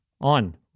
on